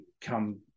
come